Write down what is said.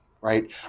right